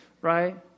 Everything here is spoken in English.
right